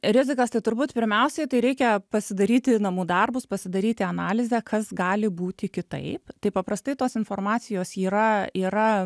rizikas tai turbūt pirmiausiai tai reikia pasidaryti namų darbus pasidaryti analizę kas gali būti kitaip tai paprastai tos informacijos yra yra